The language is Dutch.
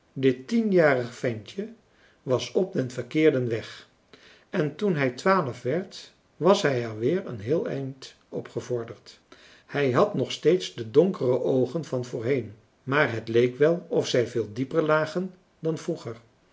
dit tienjarig ventje was op den verkeerden weg en toen hij twaalf werd was hij er weer een heel eind op gevorderd hij had nog steeds de donkere oogen van voorheen maar het leek wel of zij veel dieper lagen dan vroeger